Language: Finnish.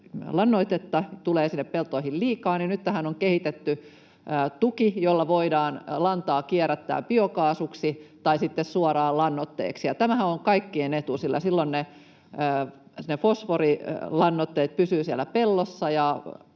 lannoitetta tulee sinne peltoihin liikaa, niin nyt tähän on kehitetty tuki, jolla voidaan lantaa kierrättää biokaasuksi tai sitten suoraan lannoitteeksi. Tämähän on kaikkien etu, sillä silloin ne fosforilannoitteet pysyvät siellä